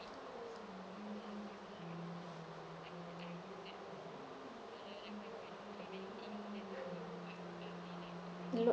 a lot